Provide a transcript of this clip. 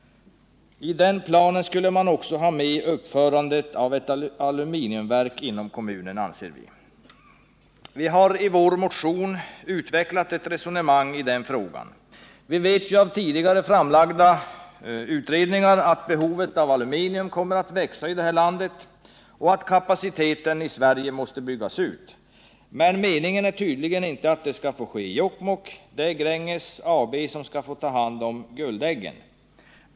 Där skulle man också ha med uppförandet av ett aluminiumverk inom kommunen, anser vi. Vi har i vår motion utvecklat ett resonemang i den frågan. Vi vet av tidigare framlagda utredningar att behovet av aluminium kommer att växa och att kapaciteten i Sverige måste byggas ut. Men meningen är tydligen inte att det skall få ske i Jokkmokk. Det är Gränges AB som skall få ta hand om guldäggen.